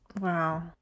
Wow